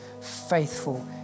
faithful